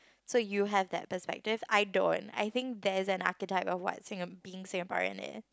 so you have that perspective I don't I think there is an archetype of what Singa~ being Singaporean is